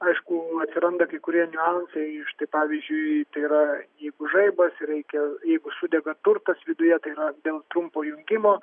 aišku atsiranda kai kurie niuansai štai pavyzdžiui tai yra jeigu žaibas reikia jeigu sudega turtas viduje tai yra dėl trumpo jungimo